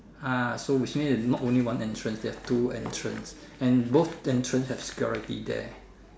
ah so which means that not only one entrance they have two entrance and both entrance have security there